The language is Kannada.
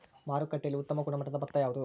ಮಾರುಕಟ್ಟೆಯಲ್ಲಿ ಉತ್ತಮ ಗುಣಮಟ್ಟದ ಭತ್ತ ಯಾವುದು?